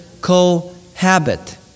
cohabit